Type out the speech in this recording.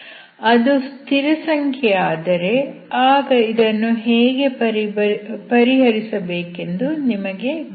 ಅದು ಸ್ಥಿರಸಂಖ್ಯೆ ಆದರೆ ಆಗ ಇದನ್ನು ಹೇಗೆ ಪರಿಹರಿಸಬೇಕೆಂದು ನಿಮಗೆ ಗೊತ್ತು